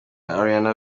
ariana